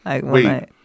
Wait